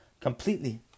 completely